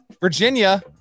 Virginia